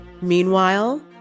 Meanwhile